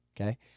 okay